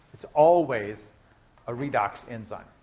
it's always a redox enzyme.